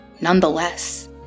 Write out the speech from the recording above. nonetheless